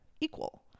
equal